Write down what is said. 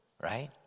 right